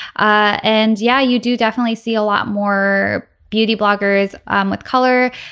ah and yeah you do definitely see a lot more beauty bloggers um with color.